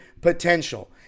potential